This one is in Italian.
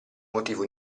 motivo